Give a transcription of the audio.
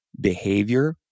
behavior